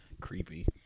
creepy